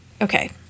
Okay